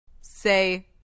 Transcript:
Say